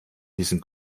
diesen